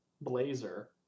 blazer